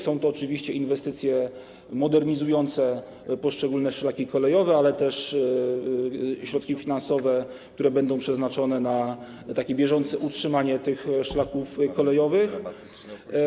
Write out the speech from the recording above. Są to oczywiście inwestycje modernizujące poszczególne szlaki kolejowe, ale też środki finansowe, które będą przeznaczone na bieżące utrzymanie tych szlaków kolejowych.